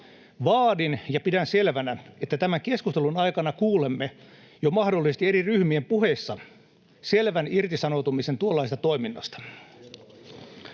Vaadin ja pidän selvänä, että tämän keskustelun aikana kuulemme mahdollisesti jo eri ryhmien puheissa selvän irtisanoutumisen tuollaisesta toiminnasta.